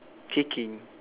kicking